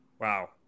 Wow